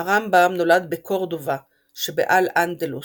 הרמב"ם נולד בקורדובה שבאל-אנדלוס,